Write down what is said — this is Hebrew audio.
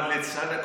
אבל לצד הקונפליקט,